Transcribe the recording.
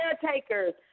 caretakers